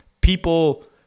people